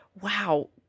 wow